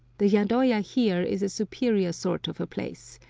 the yadoya here is a superior sort of a place,